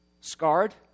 Scarred